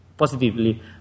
Positively